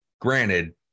Granted